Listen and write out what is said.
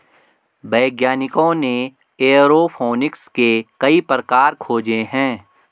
वैज्ञानिकों ने एयरोफोनिक्स के कई प्रकार खोजे हैं